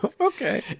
Okay